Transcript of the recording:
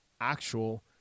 actual